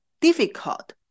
difficult